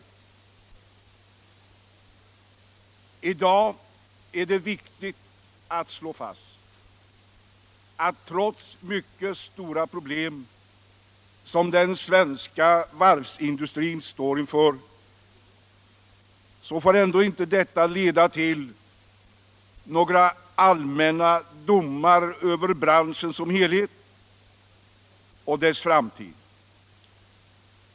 I dag är det viktigt att slå fast att de mycket stora problem som den svenska varvsindustrin står inför inte får leda till några allmänna domar över branschen som helhet och dess framtid.